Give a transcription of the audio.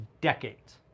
decades